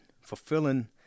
fulfilling